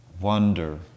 wonder